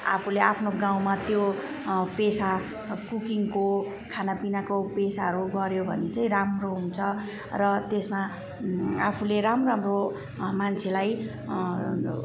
आफूले आफ्नो गाउँमा त्यो पेसा कुकिङको खानापिनाको पेसाहरू गऱ्यो भने चाहिँ राम्रो हुन्छ र त्यसमा आफूले राम्रो राम्रो मान्छेलाई